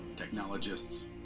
technologists